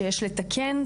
שיש לתקן,